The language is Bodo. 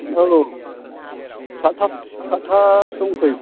औ सातथा सातथासोआवनो फै